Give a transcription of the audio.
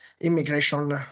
immigration